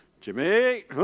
Jimmy